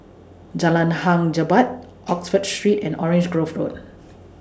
Jalan Hang Jebat Oxford Street and Orange Grove Road